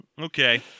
Okay